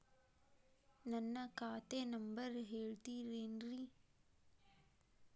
ನನ್ನ ಖಾತಾ ನಂಬರ್ ಹೇಳ್ತಿರೇನ್ರಿ?